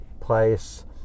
place